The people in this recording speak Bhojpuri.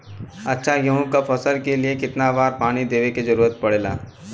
अच्छा गेहूँ क फसल के लिए कितना बार पानी देवे क जरूरत पड़ेला?